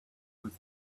with